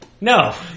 No